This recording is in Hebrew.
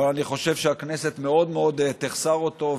אבל אני חושב שהכנסת מאוד מאוד תחסר אותו.